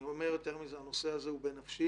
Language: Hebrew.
ואני אומר יותר מזה, הנושא הזה הוא בנפשי.